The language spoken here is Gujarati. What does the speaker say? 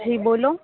જી બોલો